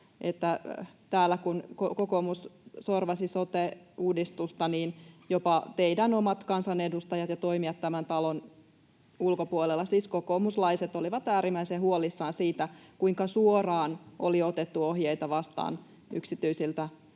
kokoomus sorvasi sote-uudistusta, jopa teidän omat kansanedustajat ja toimijat tämän talon ulkopuolella, siis kokoomuslaiset, olivat äärimmäisen huolissaan siitä, kuinka suoraan oli otettu ohjeita vastaan yksityisiltä